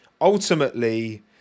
ultimately